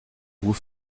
vous